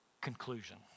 conclusion